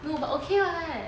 no but okay [what]